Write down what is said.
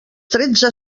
tretze